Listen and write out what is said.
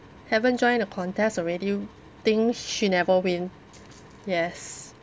haven't join a contest already think she never win yes